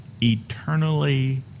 eternally